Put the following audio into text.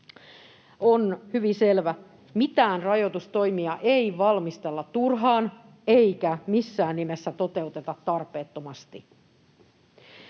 on hyvin selvä: mitään rajoitustoimia ei valmistella turhaan eikä missään nimessä toteuteta tarpeettomasti.